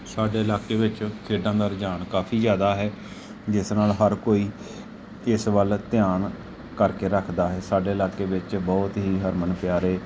ਸਾਡੇ ਇਲਾਕੇ ਵਿੱਚ ਖੇਡਾਂ ਦਾ ਰੁਝਾਨ ਕਾਫ਼ੀ ਜ਼ਿਆਦਾ ਹੈ ਜਿਸ ਨਾਲ ਹਰ ਕੋਈ ਇਸ ਵੱਲ ਧਿਆਨ ਕਰਕੇ ਰੱਖਦਾ ਹੈ ਸਾਡੇ ਇਲਾਕੇ ਵਿੱਚ ਬਹੁਤ ਹੀ ਹਰਮਨ ਪਿਆਰੇ